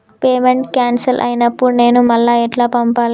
Payment cancel అయినపుడు నేను మళ్ళా ఎట్ల పంపాలే?